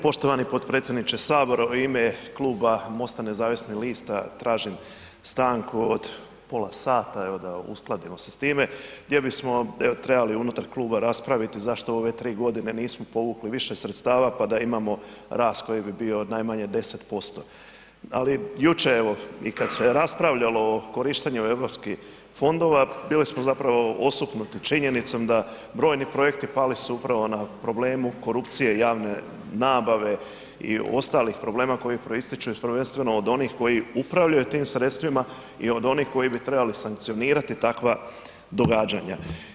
Poštovani potpredsjedniče Sabora, u ime Kluba MOST-a Nezavisnih lista tražim stanku od pola sata, evo da, uskladimo se s time jer bismo trebamo unutar kluba raspraviti zašto ove 3 godine nismo povukli više sredstava pa da imamo rast koji bi bilo od najmanje 10%, ali jučer, evo, i kad se raspravljalo o korištenju EU fondova, bili smo zapravo osupnuti činjenicom da brojni projekti pali su upravo na problemu korupcije javne nabave i ostalih problema koji proističu, prvenstveno od onih koji upravljaju tih sredstvima i od onih koji bi trebali sankcionirati takva događanja.